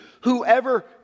...whoever